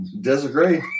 disagree